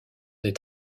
des